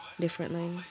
differently